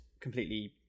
completely